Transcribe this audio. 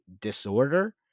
disorder